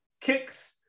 kicks